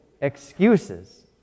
Excuses